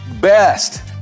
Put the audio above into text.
Best